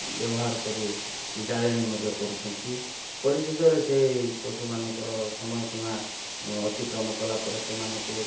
ବ୍ୟବହାର କରି ଜାଳେଣୀ ମଧ୍ୟ କରୁଛନ୍ତି ପରିଶେଷରେ ସେ ପଶୁମାନଙ୍କର ସମୟ ସୀମା ଅତିକ୍ରମ କଲା ପରେ ସେମାନଙ୍କୁ